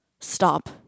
stop